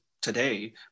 today